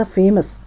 famous